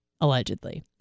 allegedly